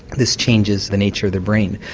this changes the nature of the brain.